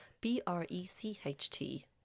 B-R-E-C-H-T